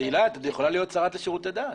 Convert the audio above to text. תהלה, את עוד יכולה להיות השרה לשירותי דת.